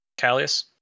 Callius